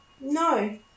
No